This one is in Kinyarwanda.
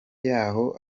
yaho